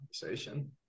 conversation